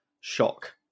shock